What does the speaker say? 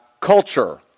culture